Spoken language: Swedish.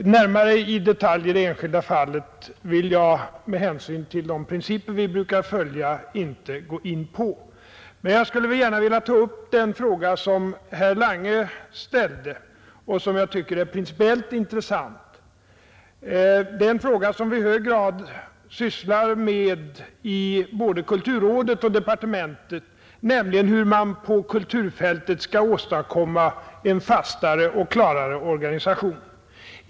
Närmare detaljer om det enskilda fallet vill jag med hänsyn till de principer vi brukar följa inte gå in på. Jag skulle vilja ta upp den fråga som herr Lange ställt och som jag tycker är principiellt intressant. Det är en fråga som vi i hög grad sysslar med både i kulturrådet och i departementet, nämligen hur man på kulturfältet skall åstadkomma en fastare och klarare organisation.